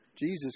Jesus